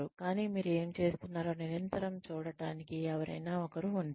కానీ మీరు ఏమి చేస్తున్నారో నిరంతరం చూడటానికి ఎవరైనా ఉంటారు